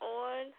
on